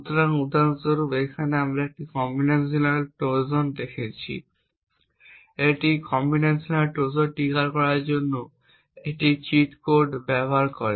সুতরাং উদাহরণ স্বরূপ এখানে আমরা একটি কম্বিনেশনাল ট্রোজান দেখিয়েছি এই কম্বিনেশনাল ট্রোজান ট্রিগার করার জন্য একটি চিট কোড ব্যবহার করে